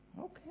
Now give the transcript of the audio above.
Okay